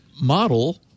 model